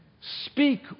Speak